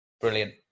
Brilliant